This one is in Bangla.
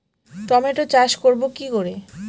টমেটো চাষ করব কি করে?